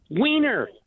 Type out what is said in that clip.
wiener